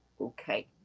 okay